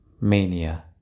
Mania